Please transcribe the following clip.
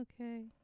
Okay